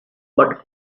but